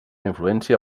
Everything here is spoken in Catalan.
influència